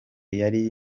yari